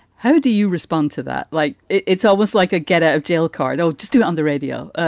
how do you respond to that? like it's always like a get out of jail card or just do it on the radio?